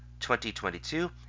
2022